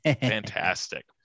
fantastic